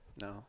No